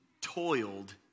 toiled